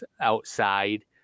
outside